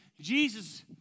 Jesus